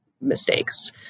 mistakes